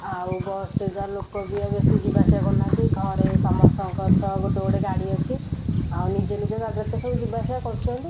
ଆଉ ବସ୍ରେ ଲୋକ ବି ଆଉ ବେଶୀ ଯିବା ଆସିବା କରୁନାହାଁନ୍ତି ଘରେ ସମସ୍ତଙ୍କର ତ ଗୋଟେ ଗୋଟେ ଗାଡ଼ି ଅଛି ଆଉ ନିଜ ନିଜ ଗାଡ଼ିରେ ତ ସବୁ ଯିବା ଆସିବା କରୁଛନ୍ତି